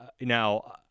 Now